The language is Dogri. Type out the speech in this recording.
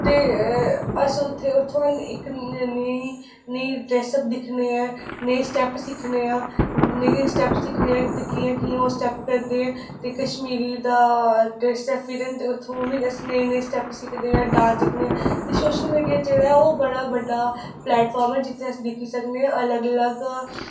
ते अस उत्थुआं इक्क नेई नेई ड्रैस दिक्खने आं नेई स्टैप सिक्खने आं नेई स्टैप ते कि'यां कि'यां ओह् स्टैप करदे ऐ ते कश्मीरी दा ड्रैस ऐ फिरन ते ओह् उत्थूं बी अस नये नये स्टैप सिक्खने आं डांस दिक्खदे आं ते सोशल मीडिया जेह्ड़ा ओह् बड़ा बड्डा प्लैटफार्म ऐ जित्थै अस दिक्खी सकने आं अलग अलग